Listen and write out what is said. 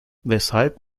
weshalb